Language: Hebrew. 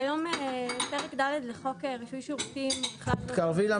כיום פרק ד' לחוק רישוי שירותים ובכלל זאת